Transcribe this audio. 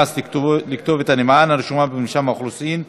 לכתובת הנמען הרשומה במרשם האוכלוסין),